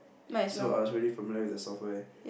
so I was already familiar with the software